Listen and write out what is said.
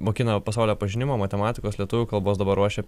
mokino pasaulio pažinimo matematikos lietuvių kalbos dabar ruošia